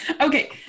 Okay